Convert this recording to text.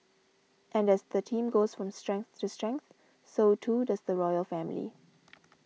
and as the team goes from strength to strength so too does the royal family